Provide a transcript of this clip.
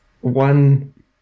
one